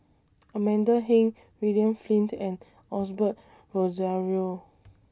Amanda Heng William Flint and Osbert Rozario